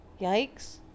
Yikes